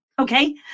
Okay